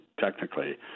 technically